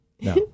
No